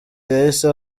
yahise